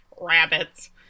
rabbits